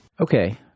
Okay